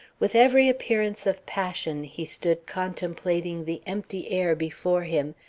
with every appearance of passion, he stood contemplating the empty air before him,